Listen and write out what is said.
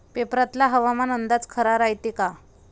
पेपरातला हवामान अंदाज खरा रायते का?